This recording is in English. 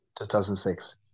2006